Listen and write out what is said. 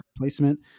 placement